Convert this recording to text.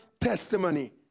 testimony